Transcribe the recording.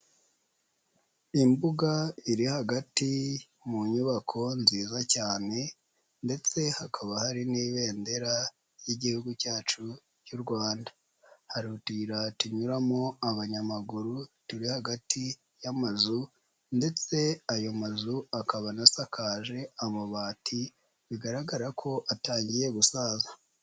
Imbuga iri hagati mu nyubako nziza cyane ndetse hakaba hari n'ibendera ry'igihugu cyacu cy'u Rwanda, hari utuyira tunyuramo abanyamaguru turi hagati y'amazu ndetse ayo mazu akaba anasakaje amabati bigaragara ko atangiye gusaza.